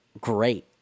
great